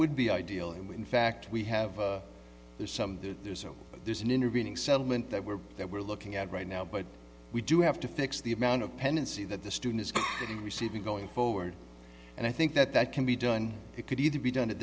would be ideal and we in fact we have there's some there's a there's an intervening settlement that we're that we're looking at right now but we do have to fix the amount of pendency that the students receive be going forward and i think that that can be done it could either be done at